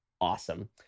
awesome